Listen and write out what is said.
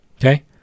Okay